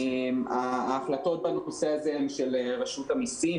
ההחלטות בנושא הזה הן של רשות המסים,